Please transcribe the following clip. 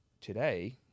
today